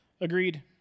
Agreed